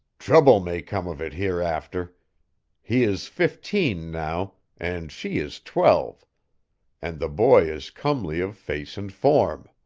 trouble may come of it hereafter he is fifteen now, and she is twelve and the boy is comely of face and form.